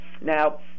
Now